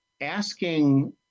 asking